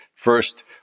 first